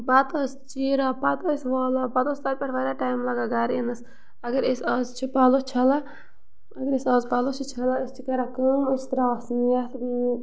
پَتہٕ ٲسی چیٖران پَتہٕ ٲسۍ والان پَتہٕ اوس تَتہِ پٮ۪ٹھ واریاہ ٹایم لَگان گَرٕ یِنَس اگر أسۍ آز چھِ پَلو چھلان اگر أسۍ آز پَلو چھِ چھَلان أسۍ چھِ کَران کٲم أسۍ چھِ ترٛاوان سُہ یَتھ